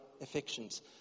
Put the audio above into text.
affections